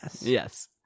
Yes